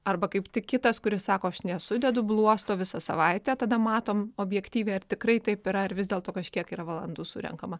arba kaip tik kitas kuris sako aš nesudedu bluosto visą savaitę tada matom objektyviai ar tikrai taip yra ar vis dėlto kažkiek yra valandų surenkama